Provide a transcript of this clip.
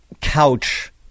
couch